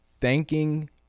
thanking